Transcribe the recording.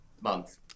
month